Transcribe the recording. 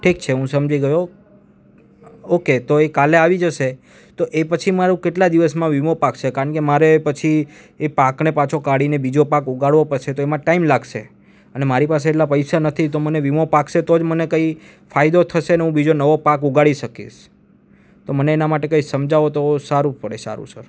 ઠીક છે હું સમજી ગયો ઓકે તો એ કાલે આવી જશે તો એ પછી મારું કેટલા દિવસમાં મારો વીમો પાકશે કારણ કે મારે પછી એ પાકને પાછો કાઢીને બીજો પાક ઉગાડવો પડશે તો એમાં ટાઈમ લાગશે અને મારી પાસે એટલા પૈસા નથી તો મને વીમો પાકશે તો જ મને કંઈ ફાયદો થશે ને હું બીજો નવો પાક ઉગાડી શકીશ તો મને એના માટે કંઈ સમજાવો તો સારું પડે સારું સર